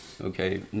okay